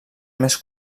més